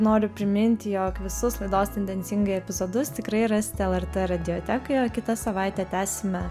noriu priminti jog visus laidos tendencingai epizodus tikrai rasite lrt radiotekoje o kitą savaitę tęsime